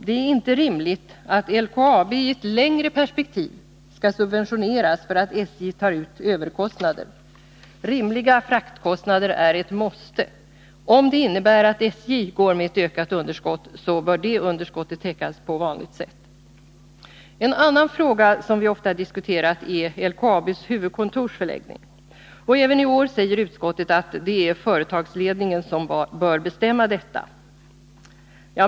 Det är inte rimligt att LKAB i ett längre perspektiv skall subventioneras för att SJ tar ut överkostnader. Rimliga fraktkostnader är ett måste. Om det innebär att SJ går med ett ökat underskott, bör det underskottet täckas på vanligt sätt. En annan fråga som vi ofta diskuterat är LKAB:s huvudkontors förläggning. Även i år säger utskottet att det är företagsledningen som bör bestämma denna.